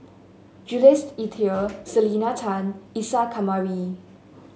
Jules Itier Selena Tan Isa Kamari